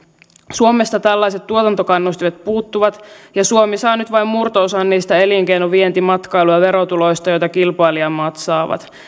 suomesta tällaiset tuotantokannustimet puuttuvat ja suomi saa nyt vain murto osan niistä elinkeino vienti matkailu ja verotuloista joita kilpailijamaat saavat